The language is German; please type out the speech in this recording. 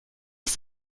ist